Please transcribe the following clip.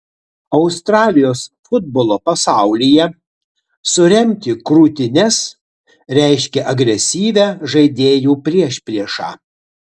australijos futbolo pasaulyje suremti krūtines reiškia agresyvią žaidėjų priešpriešą